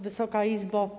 Wysoka Izbo!